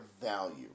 value